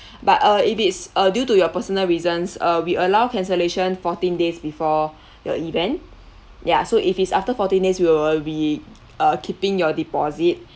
but uh if it's uh due to your personal reasons uh we allow cancellation fourteen days before your event ya so if it's after fourteen days we will be uh keeping your deposit